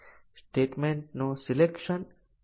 તેથી તે કન્ડીશન અથવા ડીસીઝન કવરેજ તરીકે ઓળખાય છે